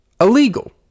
illegal